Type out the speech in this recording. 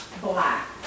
black